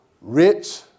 Rich